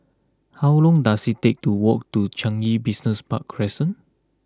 how long does it take to walk to Changi Business Park Crescent